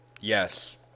yes